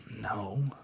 No